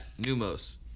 Numos